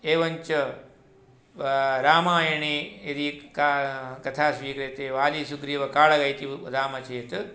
एवञ्च रामायणे यदि का कथा स्वीक्रियते वालीसुग्रीवकाटकं इति वदामः चेत्